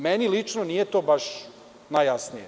Meni lično nije to baš najjasnije.